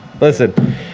listen